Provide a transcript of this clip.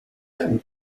own